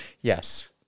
Yes